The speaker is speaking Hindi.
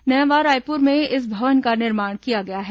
नवा रायपुर में इस भवन का निर्माण किया गया है